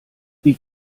wie